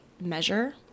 measure